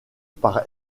par